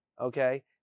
Okay